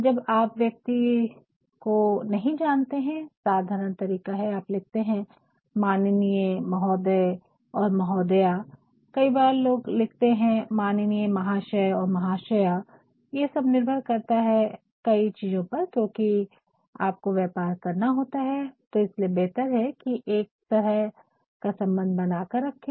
जब आप व्यक्ति को नहीं जानते है साधारण तरीका है आप लिखते है माननीय महोदय और महोदया कई बार लोग लिखते है माननीय महाशय और महाशया ये सब निर्भर करता है कई चीज़ो पर क्योकि आप को व्यापर करना होता है तो इसलिए बेहतर है की एकतरह का सम्बन्ध बना कर रखे